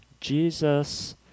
Jesus